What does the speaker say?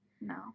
No